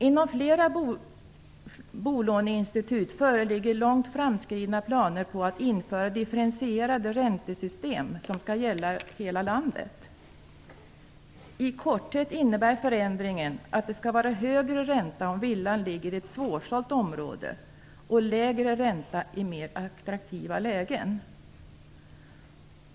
Hos flera bolåneinstitut föreligger långt framskridna planer på att införa differentierade räntesystem som skall gälla hela landet. I korthet innebär förändringen att det skall vara högre ränta om villan ligger i ett svårsålt område och lägre ränta i mer attraktiva lägen.